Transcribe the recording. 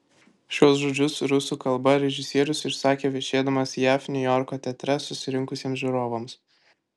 šiuos žodžius rusų kalba režisierius išsakė viešėdamas jav niujorko teatre susirinkusiems žiūrovams